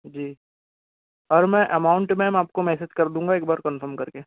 जी और मैं amount ma'am आपको मैसेज कर दूंगा एक बार कंफर्म करके